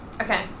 okay